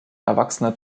erwachsene